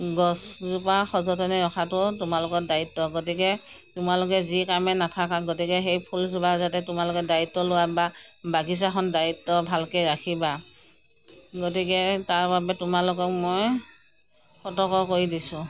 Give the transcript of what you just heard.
গছজোপা সযতনে ৰখাটো তোমালোকৰ দায়িত্ব গতিকে তোমালোকে যি কামেই নাথাকা গতিকে সেই ফুলজোপা যাতে তোমালোকে দায়িত্ব লোৱা বা বাগিচাখন দায়িত্ব ভালকৈ ৰাখিবা গতিকে তাৰ বাবে তোমালোকক মই সতৰ্ক কৰি দিছোঁ